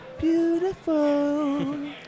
beautiful